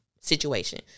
situation